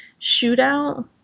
Shootout